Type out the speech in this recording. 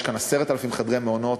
יש כאן 10,000 חדרי מעונות.